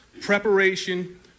preparation